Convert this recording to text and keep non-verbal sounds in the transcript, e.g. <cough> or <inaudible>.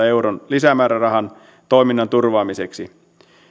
<unintelligible> euron lisämäärärahan toiminnan turvaamiseksi